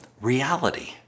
reality